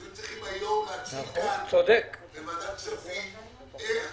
היו צריכים להציג בוועדת כספים איך